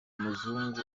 muzungu